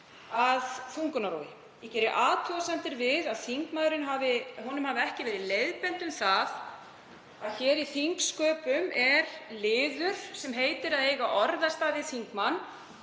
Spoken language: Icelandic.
að þungunarrofi. Ég geri athugasemdir við að þingmanninum hafi ekki verið leiðbeint um það að í þingsköpum er liður sem heitir að eiga orðastað við þingmann.